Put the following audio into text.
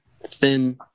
thin